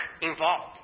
involved